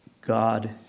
God